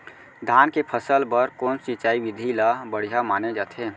धान के फसल बर कोन सिंचाई विधि ला बढ़िया माने जाथे?